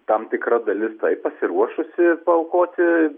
tam tikra dalis taip pasiruošusi paaukoti